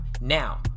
now